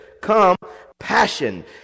compassion